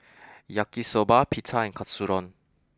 Yaki Soba Pita and Katsudon